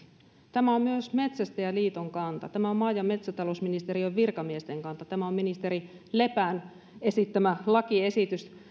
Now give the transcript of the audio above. tämä on myös metsästäjäliiton kanta ja tämä on maa ja metsätalousministeriön virkamiesten kanta ja tämä on ministeri lepän esittämä lakiesitys